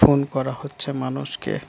phone করা হচ্ছে মানুষকে